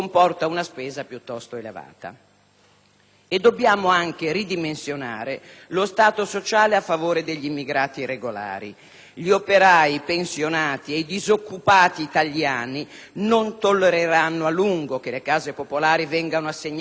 Dobbiamo anche ridimensionare lo Stato sociale a favore degli immigrati regolari. Gli operai, i pensionati e i disoccupati italiani non tollereranno a lungo che le case popolari vengano assegnate solo agli immigrati.